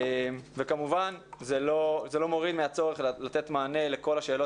כמובן זה לא מוריד מהצורך לתת מענה לכל השאלות